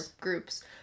groups